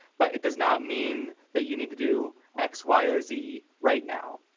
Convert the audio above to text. but it does not mean that you need to do x, y, or z right now.